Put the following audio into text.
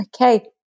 okay